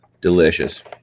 delicious